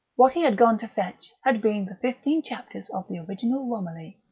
what he had gone to fetch had been the fifteen chapters of the original romilly.